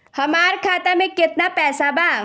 हमार खाता में केतना पैसा बा?